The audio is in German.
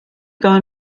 gar